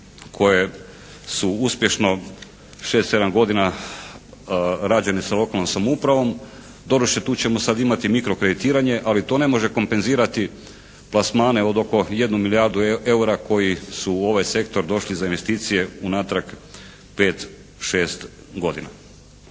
koje su uspješno 6, 7 godina rađene sa lokalnom samoupravom. Doduše tu ćemo sad imati mikrokreditiranje, ali to ne može kompenzirati plasmane od oko 1 milijardu eura koji su u ovaj sektor došli za investicije unatrag 5, 6 godina.